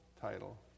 title